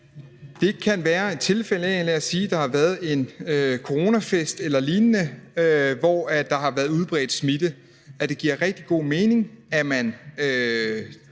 Det kan være i tilfælde af, at der har været, lad os sige en coronafest eller lignende, hvor der har været udbredt smitte; så giver det rigtig god mening, at man